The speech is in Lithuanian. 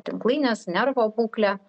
tinklainės nervo būklę